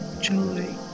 joy